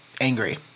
angry